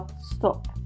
stop